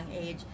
age